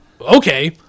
okay